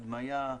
הדמיה,